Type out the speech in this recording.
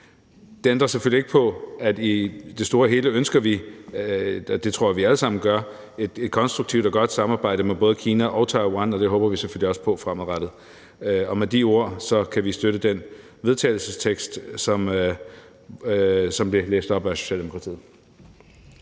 Det ændrer selvfølgelig ikke på, at vi i det store og hele ønsker – det tror jeg vi alle sammen gør – et konstruktivt og godt samarbejde med både Kina og Taiwan, og det håber vi selvfølgelig også på fremadrettet. Og med de ord kan vi støtte den vedtagelsestekst, som blev læst op af Socialdemokratiets